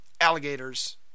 alligators